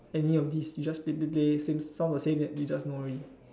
any of these you just play play play sound the same then you just know already